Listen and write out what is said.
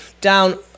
down